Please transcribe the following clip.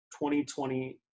2020